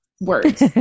words